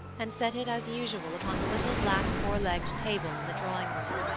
and set it, as usual, upon the little black four-legged table in the drawing-room.